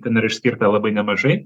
ten yra išskirta labai nemažai